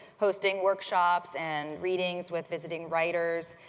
hosting workshops and readings with visiting writers,